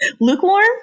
lukewarm